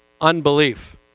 Unbelief